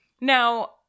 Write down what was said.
Now